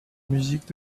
musique